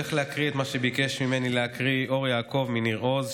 אני הולך לקרוא את מה שביקש ממני להקריא אור יעקב מניר עוז,